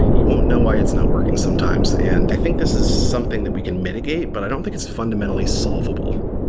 you won't know why it's not working sometimes, and i think this is something that we can mitigate, but i don't think it's fundamentally solvable.